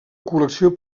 col·lecció